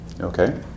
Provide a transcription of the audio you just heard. okay